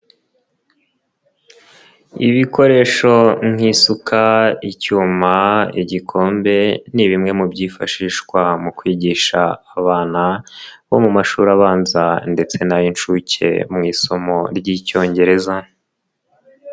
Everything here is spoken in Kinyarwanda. Ibikoresho nk'isuka, icyuma, igikombe ni bimwe mu byifashishwa mu kwigisha abana bo mu mashuri abanza ndetse n'ay'inshuke mu isomo ry'Icyongereza.